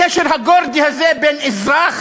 הקשר הגורדי הזה בין אזרח